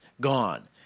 gone